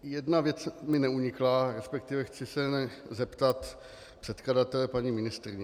Jedna věc mi neunikla, resp. chci se zeptat předkladatele, paní ministryně.